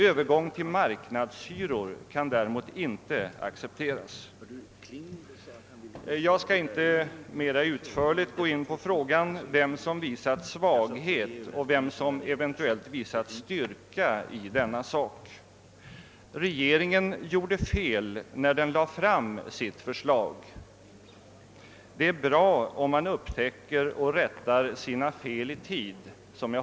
Övergång till marknadshyror kan inte accepteras. Jag skall inte mera utförligt gå in på frågan om vem som visat svaghet och vem som eventuellt visat styrka i denna sak. Regeringen gjorde fel när den lade fram sitt förslag. Det är bra om man upptäcker och rättar sina fel i tid.